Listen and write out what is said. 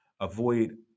Avoid